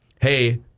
Hey